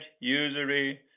usury